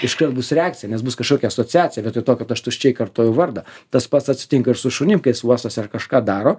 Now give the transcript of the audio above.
iškalbūs reakcija nes bus kažkokia asociacija vietoj to kad aš tuščiai kartoju vardą tas pats atsitinka ir su šuniukais uostosi ar kažką daro